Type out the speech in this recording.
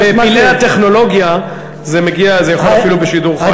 בפלאי הטכנולוגיה זה מגיע אפילו בשידור חי.